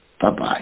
bye-bye